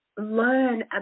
learn